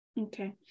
Okay